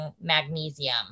magnesium